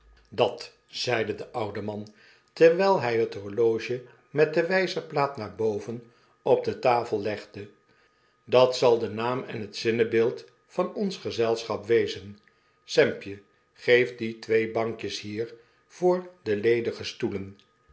dat zeide de oude man terwyl hij het horloge met de wijzerplaat naar boven op de tafel legde dat zal de naam en het zinnebeeld van ons gezelschap wezen sampje geef die twee bankjes hier voor de ledige stoeien